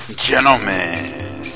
gentlemen